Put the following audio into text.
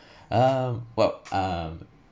uh well um